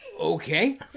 Okay